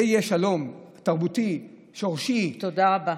זה יהיה שלום תרבותי, שורשי, תודה רבה.